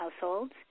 households